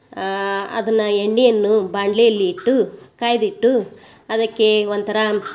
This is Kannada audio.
ಅದನ್ನ ಎಣ್ಣೆಯನ್ನು ಬಾಂಡ್ಲೆಯಲ್ಲಿ ಇಟ್ಟು ಕಾಯ್ದಿಟ್ಟು ಅದಕ್ಕೆ ಒಂಥರ